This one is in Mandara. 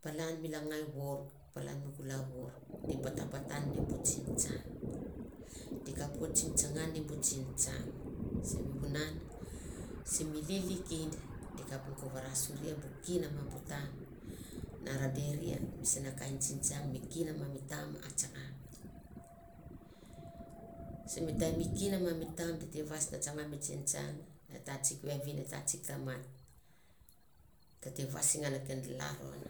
Palan mi langai vour, palan mi kulau vour di b ata batan ni bu tsingtsang. Di kapoit sim tsanga ni bu tsingtsang, simi vunan simi lili kinde, de kap ko varasoria bu kin ma bu tam na ra deria misana kain tsingtsang mi kin m ami tam a tsanga. Simi taim mi kin ma mi tam tete vais na tsanga mi tsingtsang, e tatsik vevim, e tatsik tamat tete vais ngan ken lalron.